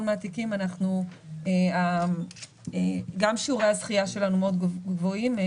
מהתיקים גם שיעורי הזכייה שלנו מאוד גבוהים,